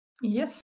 Yes